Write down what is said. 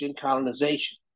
colonization